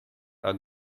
our